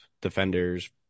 defenders